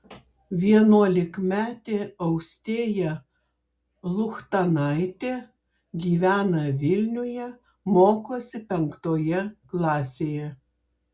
vienuolikmetė austėja luchtanaitė gyvena vilniuje mokosi penktoje klasėje